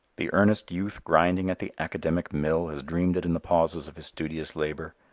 the earnest youth grinding at the academic mill has dreamed it in the pauses of his studious labor.